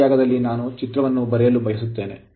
ಈ ಜಾಗದಲ್ಲಿ ನಾನು ಈ ಚಿತ್ರ ನ್ನು ಬರೆಯಲು ಬಯಸುತ್ತೇನೆ